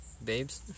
Babes